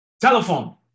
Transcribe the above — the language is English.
Telephone